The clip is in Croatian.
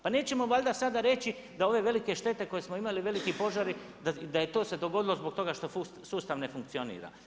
Pa nećemo valjda sada reći da ove velike štete koje smo imali, veliki požari da se to dogodilo zbog toga što sustav ne funkcionira.